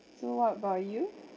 so what about you